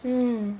mm